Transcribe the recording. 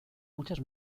muchas